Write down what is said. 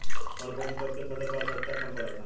कौन पोषक तत्व के फसल पर आवशयक्ता कम पड़ता?